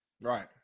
Right